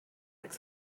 like